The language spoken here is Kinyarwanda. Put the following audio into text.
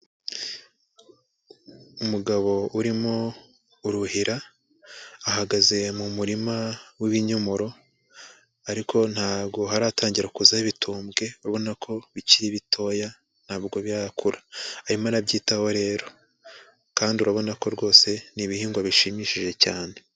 Umugabo urimo uruhira, ahagaze mu murima w'ibinyomoro, ariko ntago haratangira kuzaho ibitumbwe, urabona ko bikiri bitoya ntabwo birakura. Arimo arabyitaho rero, kandi urabona ko rwose n'ibihingwa bishimishije cyane.